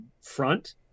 front